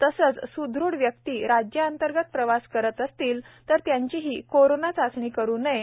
तसंच स्दृढ व्यक्ती राज्यांतर्गत प्रवास करत असतील तर त्यांचीहीकोरोना चाचणी करु नये